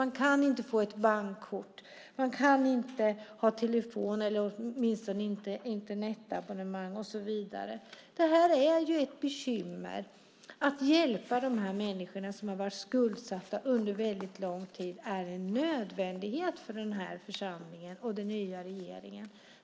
De kan inte få ett bankkort. De kan inte ha telefon eller åtminstone inte Internetabonnemang, och så vidare. Det är ett bekymmer. Att hjälpa dessa människor som har varit skuldsatta under väldigt lång tid är en nödvändighet för denna församling och den nya regeringen.